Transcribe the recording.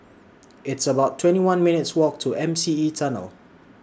It's about twenty one minutes' Walk to M C E Tunnel